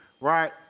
right